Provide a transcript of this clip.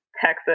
Texas